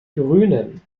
grünen